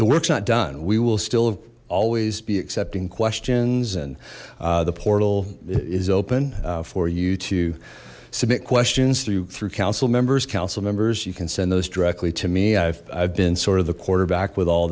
the works not done we will still always be accepting questions and the portal is open for you to submit questions through through council members council members you can send those directly to me i've been sort of the quarterback with all